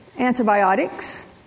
Antibiotics